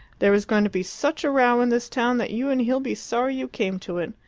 there is going to be such a row in this town that you and he'll be sorry you came to it.